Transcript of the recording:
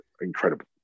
incredible